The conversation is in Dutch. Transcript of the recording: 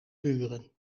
buren